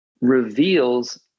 reveals